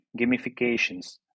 gamifications